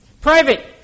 Private